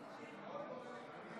התשפ"א 2021,